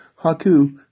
Haku